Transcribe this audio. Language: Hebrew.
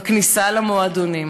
בכניסה למועדונים.